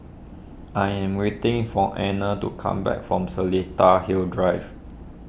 I am waiting for Anner to come back from Seletar Hills Drive